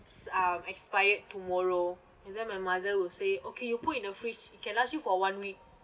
it's uh expired tomorrow and then my mother would say okay you put in the fridge it can last you for one week